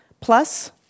plus